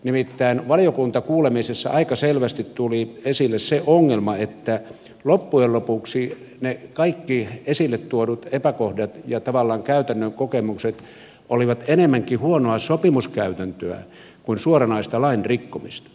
nimittäin valiokuntakuulemisessa aika selvästi tuli esille se ongelma että loppujen lopuksi ne kaikki esille tuodut epäkohdat ja tavallaan käytännön kokemukset olivat enemmänkin huonoa sopimuskäytäntöä kuin suoranaista lain rikkomista